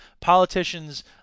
politicians